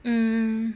mm